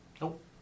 Nope